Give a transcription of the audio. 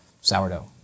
sourdough